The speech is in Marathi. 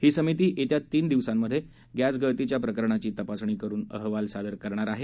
ही समिती येत्या तीन दिवसांत गस्तीगळतीच्या प्रकरणाची तपासणी करून अहवाल सादर करणार आहे